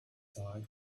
side